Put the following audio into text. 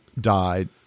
died